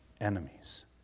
enemies